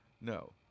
No